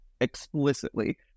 explicitly